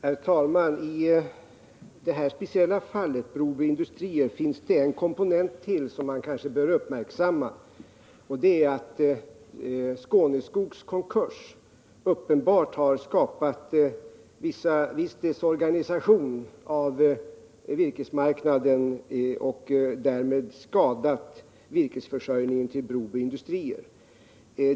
Herr talman! I det här speciella fallet, Broby Industrier, finns det ytterligare en komponent som man kanske bör uppmärksamma. Det är att Skåneskogs konkurs uppenbart har skapat viss desorganisation av virkesmarknaden och därmed skadat virkesförsörjningen för Broby Industrier.